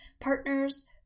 partners